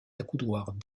accoudoirs